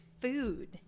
food